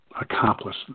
accomplish